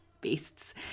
beasts